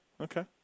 Okay